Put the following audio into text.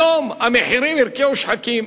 היום המחירים הרקיעו שחקים.